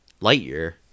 Lightyear